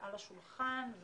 על השולחן,